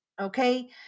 okay